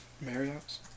Marriott's